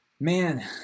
Man